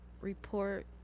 report